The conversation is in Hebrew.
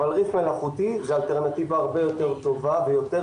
ריף מלאכותי זאת אלטרנטיבה הרבה יותר טובה ויותר